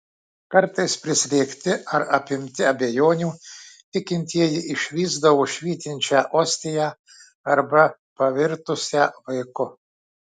kartais prislėgti ar apimti abejonių tikintieji išvysdavo švytinčią ostiją arba pavirtusią vaiku